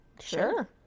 Sure